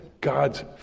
God's